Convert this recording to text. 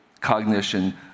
cognition